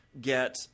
get